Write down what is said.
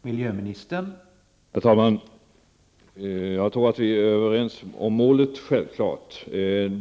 Herr talman! Jag tror att vi är överens om målet.